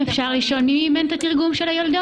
אפשר לשאול מי --- את התרגום של היולדות?